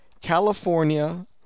California